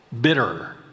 bitter